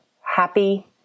happy